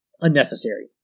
unnecessary